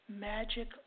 magic